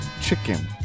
chicken